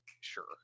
sure